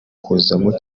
kuzamo